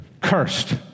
cursed